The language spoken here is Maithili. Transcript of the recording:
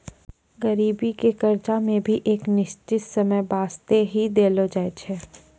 गरीबी के कर्जा मे भी एक निश्चित समय बासते ही देलो जाय छै